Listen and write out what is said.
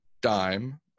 dime